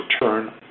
return